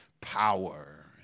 power